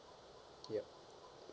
yup